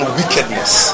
wickedness